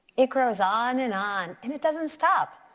it grows on and on and it doesn't stop.